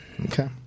Okay